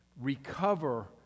recover